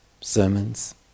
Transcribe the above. sermons